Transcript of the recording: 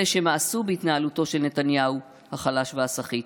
אלה שמאסו בהתנהלותו של נתניהו החלש והסחיט,